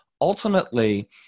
ultimately